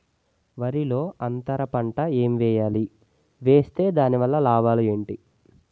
వరిలో అంతర పంట ఎం వేయాలి? వేస్తే దాని వల్ల లాభాలు ఏంటి?